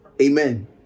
Amen